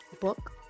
book